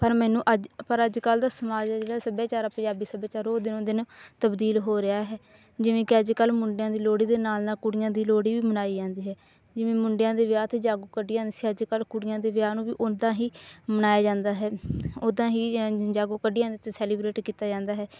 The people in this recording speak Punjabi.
ਪਰ ਮੈਨੂੰ ਅੱਜ ਪਰ ਅੱਜ ਕੱਲ ਦਾ ਸਮਾਜ ਆ ਜਿਹੜਾ ਸੱਭਿਆਚਾਰ ਪੰਜਾਬੀ ਸੱਭਿਆਚਾਰ ਉਹ ਦਿਨੋਂ ਦਿਨ ਤਬਦੀਲ ਹੋ ਰਿਹਾ ਹੈ ਜਿਵੇਂ ਕਿ ਅੱਜ ਕੱਲ ਮੁੰਡਿਆਂ ਦੀ ਲੋਹੜੀ ਦੇ ਨਾਲ ਨਾਲ ਕੁੜੀਆਂ ਦੀ ਲੋਹੜੀ ਵੀ ਮਨਾਈ ਜਾਂਦੀ ਹੈ ਜਿਵੇਂ ਮੁੰਡਿਆਂ ਦੇ ਵਿਆਹ 'ਤੇ ਜਾਗੋ ਕੱਢੀ ਸੀ ਅੱਜ ਕੱਲ ਕੁੜੀਆਂ ਦੇ ਵਿਆਹ ਨੂੰ ਵੀ ਉੱਦਾਂ ਹੀ ਮਨਾਇਆ ਜਾਂਦਾ ਹੈ ਉੱਦਾਂ ਹੀ ਜਾਗੋ ਕੱਢੀ ਜਾਂਦੀ ਅਤੇ ਸੈਲੀਬਰੇਟ ਕੀਤਾ ਜਾਂਦਾ ਹੈ